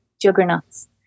juggernauts